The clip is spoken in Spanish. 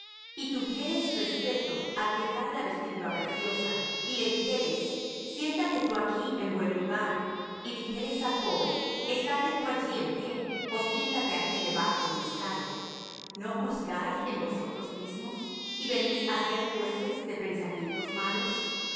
y tuviereis respeto al que trae la vestidura preciosa y le dijereis siéntate tú aquí en buen lugar y dijereis al pobre estáte tú allí en pie ó siéntate aquí debajo de mi estrado no juzguáis en vosotros mismos y venís á ser jueces de pensamientos malos